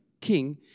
king